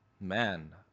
Man